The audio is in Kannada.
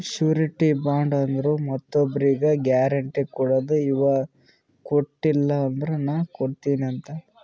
ಶುರಿಟಿ ಬಾಂಡ್ ಅಂದುರ್ ಮತ್ತೊಬ್ರಿಗ್ ಗ್ಯಾರೆಂಟಿ ಕೊಡದು ಇವಾ ಕೊಟ್ಟಿಲ ಅಂದುರ್ ನಾ ಕೊಡ್ತೀನಿ ಅಂತ್